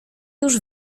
już